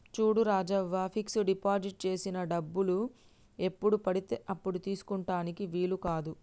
చూడు Rajavva fix deposit చేసిన డబ్బులు ఎప్పుడు పడితే అప్పుడు తీసుకుటానికి వీలు కాదు